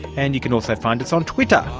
and you can also find us on twitter,